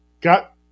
got